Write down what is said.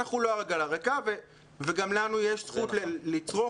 אנחנו לא עגלה ריקה וגם לנו יש זכות לצרוך